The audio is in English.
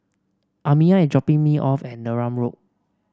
Amiya is dropping me off at Neram Road